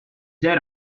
that